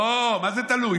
לא, מה זה תלוי?